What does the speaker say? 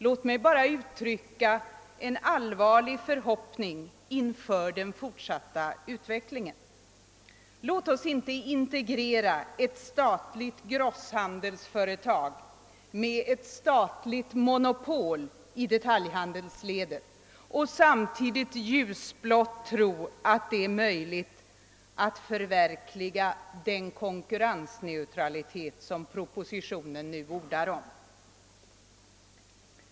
Låt mig bara uttrycka den allvarliga förhoppningen inför den fortsatta utvecklingen att vi inte skall integrera ett statligt grosshandelsföretag med ett statligt monopol i detaljhandelsledet och samtidigt blåögt tro att det är möjligt att förverkliga den konkurrensneutralitet som propositionen nu ordar om.